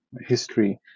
history